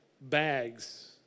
bags